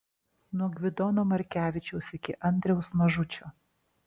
nuo gvidono markevičiaus iki andriaus mažučio